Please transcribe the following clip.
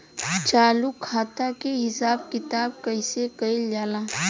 चालू खाता के हिसाब किताब कइसे कइल जाला?